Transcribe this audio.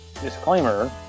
disclaimer